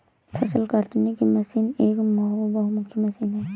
फ़सल काटने की मशीन एक बहुमुखी मशीन है